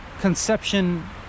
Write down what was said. conception